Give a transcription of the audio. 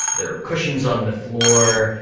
there are cushions on the floor,